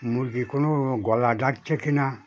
মুরগি কোনো গলা ডাকছে কি না